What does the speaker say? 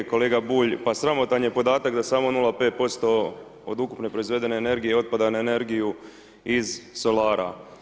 Kolega Bulj, pa sramotan je podatak da samo 0,5% od ukupne proizvedene energije otpada na energiju iz solara.